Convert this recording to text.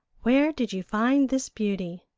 where did you find this beauty?